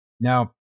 now